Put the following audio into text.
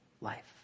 life